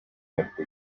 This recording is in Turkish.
ettik